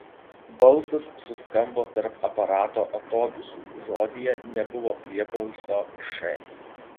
balsas suskambo tarp aparato atodūsių žodyje nebuvo priebalsio š